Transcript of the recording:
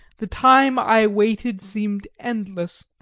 the time i waited seemed endless,